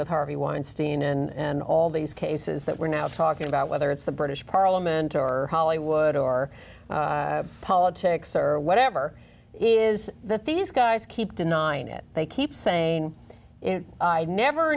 with harvey weinstein and all these cases that we're now talking about whether it's the british parliament or hollywood or politics or whatever it is that these guys keep denying it they keep saying i never